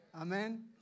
Amen